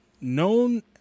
known